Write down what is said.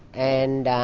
and